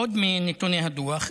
עוד מנתוני הדוח,